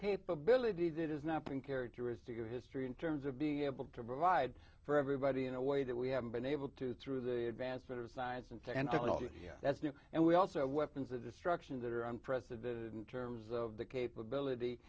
capability that is not being characteristic of history in terms of being able to provide for everybody in a way that we haven't been able to through the advancement of science and tech and that's new and we also have weapons of destruction that are unprecedented in terms of the capability